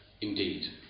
Indeed